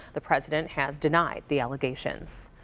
the president has denied the allegations.